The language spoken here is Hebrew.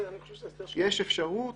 יש אפשרות